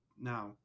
Now